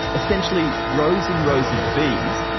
essentially rows and rows of v's,